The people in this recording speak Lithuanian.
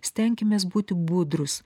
stenkimės būti budrūs